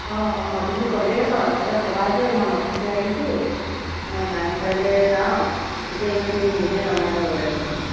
অঁ অঁ তুমি ক'লেই হয় ক'লে ক'বা যে মই নতুনকৈ আহিছোঁ মই নামচাইলৈ যাওঁ তেতিয়া ইহঁতে নিজে নমাই দিব ড্ৰাইভাৰজনে